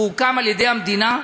והוקם על-ידי המדינה,